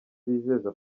bizateza